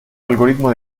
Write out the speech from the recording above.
algoritmo